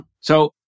So-